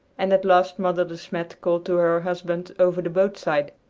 and at last mother de smet called to her husband over the boatside.